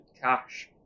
cash